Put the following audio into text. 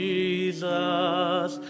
Jesus